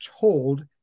told